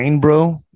bro